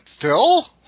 Phil